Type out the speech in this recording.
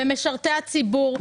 במשרתי הציבור,